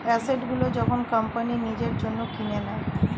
asset গুলো যখন company নিজের জন্য কিনে নেয়